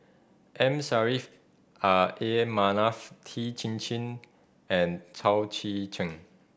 M Saffri ah A Manaf Tan Chin Chin and Chao Tzee Cheng